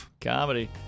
comedy